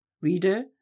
Reader